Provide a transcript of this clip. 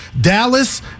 Dallas